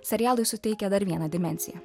serialui suteikia dar vieną dimensiją